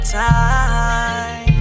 time